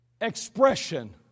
expression